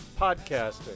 podcasting